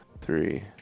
three